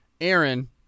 Aaron